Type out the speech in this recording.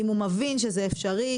אם הוא מבין שזה אפשרי,